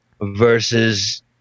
versus